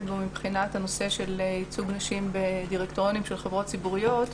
בו מבחינת הנושא של ייצוג נשים בדירקטוריונים של חברות ציבוריות,